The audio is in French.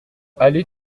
allez